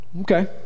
Okay